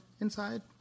inside